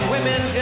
Women